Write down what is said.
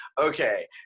Okay